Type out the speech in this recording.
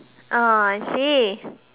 ah I see